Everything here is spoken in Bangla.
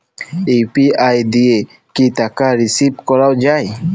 ইউ.পি.আই দিয়ে কি টাকা রিসিভ করাও য়ায়?